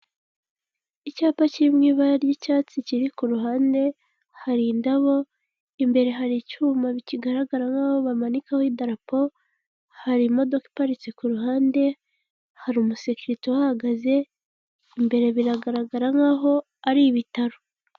Icyapa kiri mu ibara ry'icyatsi kiri ku ruhande, hari indabo, imbere hari icyuma kigaragara nkaho bamanikaho idarapo, hari imodoka iparitse ku ruhande, hari umusekirite uhahagaze, imbere biragaragara nkaho ari ibitaro.